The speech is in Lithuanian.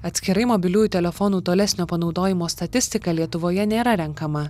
atskirai mobiliųjų telefonų tolesnio panaudojimo statistika lietuvoje nėra renkama